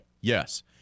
Yes